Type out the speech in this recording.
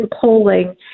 polling